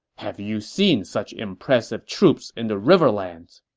have you seen such impressive troops in the riverlands?